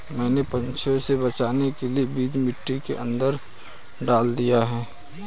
मैंने पंछियों से बचाने के लिए बीज मिट्टी के बहुत अंदर डाल दिए हैं